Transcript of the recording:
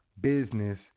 business